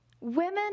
Women